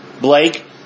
Blake